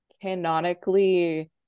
canonically